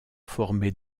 formés